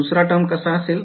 दुसरा टर्म कसा असेल